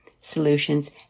Solutions